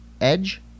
edge